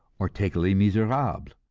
or take les miserables.